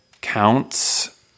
counts